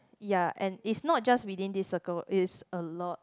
ya and it's not just within this circle it's a lot